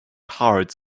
hearts